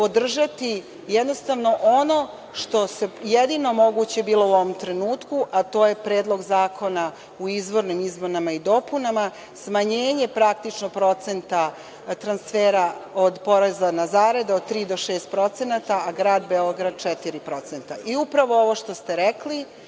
podržati jednostavno ono što je jedino moguće bilo u ovom trenutku, a to je Predlog zakona u izvornim izmenama i dopunama, smanjenje praktično procenta transfera od poreza na zarade od 3% do 6% procenata, a grad Beograd 4%. I upravo ovo što ste rekli,